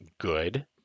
good